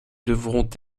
devront